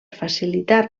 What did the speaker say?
facilitar